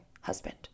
husband